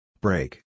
Break